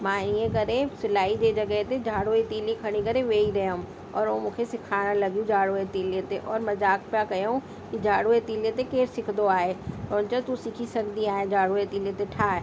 मां ईअं करे सिलाई जे जॻहि ते जाड़ूअ जी तीली खणी करे वेही रहियमि और हो मूंखे सेखारणु लॻियूं जाड़ूअ जी तीलीअ ते और मज़ाक़ पिया कयऊं की जाड़ूअ ई तीलीअ ते कीअं सिखिबो आहे हुन चयो तूं सिखी सघंदी आहे जाड़ूअ जी तीलीअ ते ठाहे